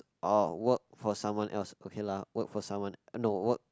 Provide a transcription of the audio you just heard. or work for someone else okay lah work for someone no work